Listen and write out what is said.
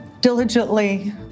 diligently